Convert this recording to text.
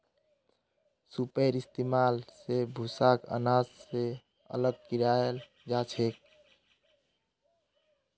सूपेर इस्तेमाल स भूसाक आनाज स अलग कियाल जाछेक